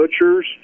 butchers